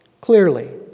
clearly